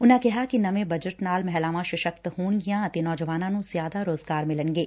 ਉਨਾਂ ਕਿਹਾ ਕਿ ਨਵੇ ਬਜਟ ਨਾਲ ਮਹਿਲਾਵਾਂ ਸ਼ਸਕਤ ਹੋਣਗੀਆਂ ਤੇ ਨੌਜਵਾਨਾਂ ਨੰ ਜ਼ਿਆਦਾ ਰੁਜ਼ਗਾਰ ਮਿਲਣਗੇ